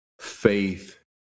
faith